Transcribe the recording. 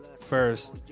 first